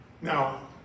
Now